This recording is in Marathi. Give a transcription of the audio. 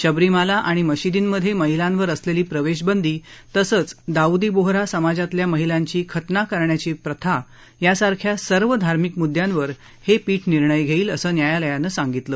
शबरीमाला आणि मशीदींमधे महिलांवर असलेली प्रवेशबंदी तसंच दाऊदी बोहरा समाजातल्या महिलांची खतना करण्याची प्रथा यासारख्या सर्व धार्मिक मुद्यांवर हे पीठ निर्णय घेईल असं न्यायालयानं सांगितलं